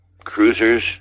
cruisers